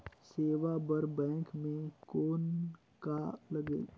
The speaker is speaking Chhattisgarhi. सेवा बर बैंक मे कौन का लगेल?